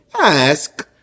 ask